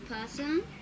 person